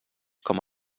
com